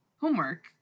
homework